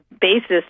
basis